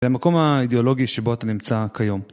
זה המקום האידיאולוגי שבו אתה נמצא כיום.